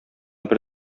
бер